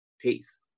peace